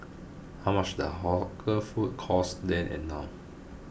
how much does hawker food cost then and now